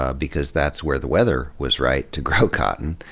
ah because that's where the weather was right to grow cotton.